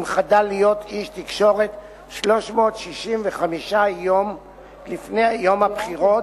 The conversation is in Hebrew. חדל להיות איש תקשורת 365 יום לפני יום הבחירות,